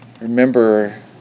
remember